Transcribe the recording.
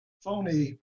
phony